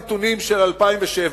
נתונים של 2007,